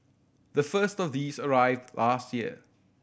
the first of these arrived last year